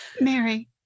Mary